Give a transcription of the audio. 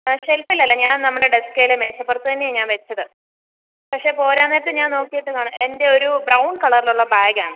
ആ ഷെൽഫിലല്ല ഞാൻ നമ്മുടെ ഡെസ്ക്കേൽ മേശ പുറത്ത് തന്നെയാണ് ഞാൻ വെച്ചത് പക്ഷേ പോരാൻ നേരത്ത് ഞാൻ നോക്കിയിട്ട് കാണാൻ എന്റെ ഒരു ബ്രൌൺ കളറിലുള്ള ബായ്ഗാണ്